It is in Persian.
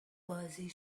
بازی